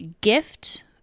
gift